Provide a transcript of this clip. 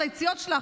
את היציאות שלך.